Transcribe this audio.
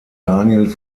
daniel